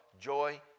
joy